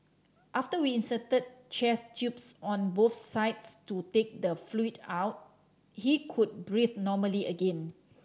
after we inserted chest tubes on both sides to take the fluid out he could breathe normally again